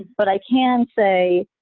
but i can say,